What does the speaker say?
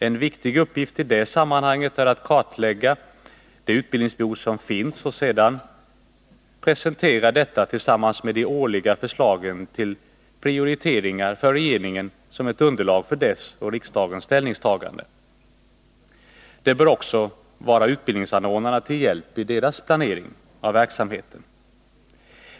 En viktig uppgift i det sammanhanget är att kartlägga det utbildningsbehov som finns och sedan presentera detta tillsammans med de årliga förslagen till prioriteringar för regeringen som ett underlag för dess och riksdagens ställningstaganden. Det bör vara till hjälp även för utbildningsanordnarna i deras planering i verksamheten.